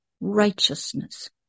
righteousness